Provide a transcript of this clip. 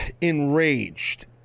enraged